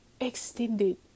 extended